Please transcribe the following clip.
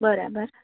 બરાબર